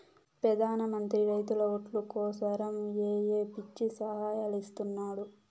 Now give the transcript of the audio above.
పెదాన మంత్రి రైతుల ఓట్లు కోసరమ్ ఏయో పిచ్చి సాయలిస్తున్నాడు